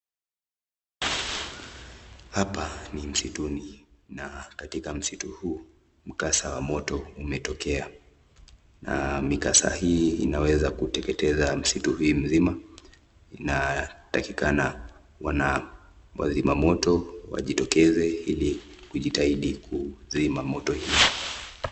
Hapa ni msituni na katika msitu huu mkasa wa moto umetokea na mikasa hii inaweza kuteketeza msitu hiii mzima na inatakikana wazima moto wajitokeze ili kujitahidi kuzima moto hiyo.